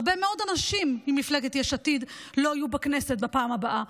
הרבה מאוד אנשים ממפלגת יש עתיד לא יהיו בכנסת בפעם הבאה,